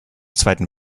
zweiten